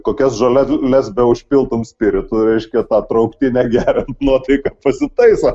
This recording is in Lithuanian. kokias žoleles beužpiltum spiritu reiškia tą trauktinę geriant nuotaika pasitaiso